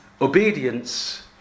Obedience